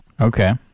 Okay